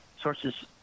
sources